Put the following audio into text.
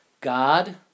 God